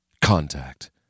Contact